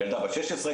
ילדה בת 16,